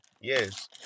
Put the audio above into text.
Yes